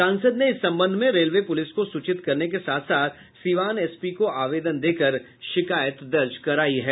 सांसद ने इस संबंध में रेलवे पुलिस को सूचित करने के साथ साथ सीवान एसपी को आवेदन देकर शिकायत दर्ज कराई है